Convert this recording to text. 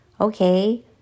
okay